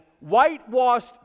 whitewashed